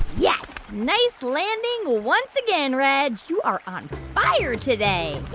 yes, nice landing once again, reg. you are on fire today